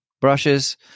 brushes